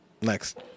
next